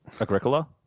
Agricola